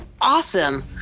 Awesome